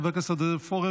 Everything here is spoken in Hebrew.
חבר הכנסת עודד פורר,